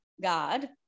God